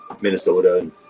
Minnesota